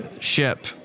ship